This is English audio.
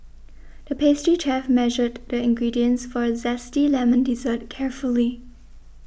the pastry chef measured the ingredients for a Zesty Lemon Dessert carefully